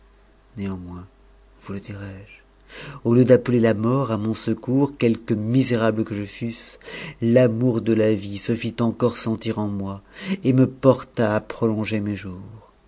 néanmoins vous le di i je au lieu d'appeler la mort à mon secours quelque misérable que je fusse l'amour de la vie se fit encore sentir en moi et me porta à pro un er mes jours